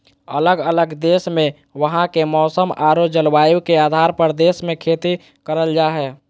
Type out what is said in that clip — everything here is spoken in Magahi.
अलग अलग देश मे वहां के मौसम आरो जलवायु के आधार पर देश मे खेती करल जा हय